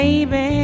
Baby